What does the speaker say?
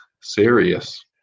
serious